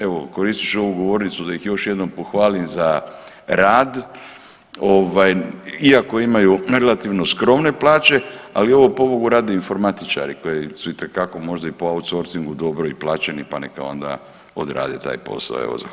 Evo koristit ću ovu govornicu da ih još jednom pohvalim za rad, ovaj iako imaju relativno skromne plaće, ali ovo pobogu rade informatičari koji su itekako možda i po outsorsingu dobro i plaćeni, pa neka onda odrade taj posao.